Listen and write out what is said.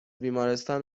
بیمارستان